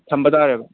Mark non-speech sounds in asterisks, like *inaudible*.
*unintelligible*